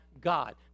God